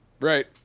Right